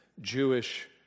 Jewish